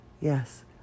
yes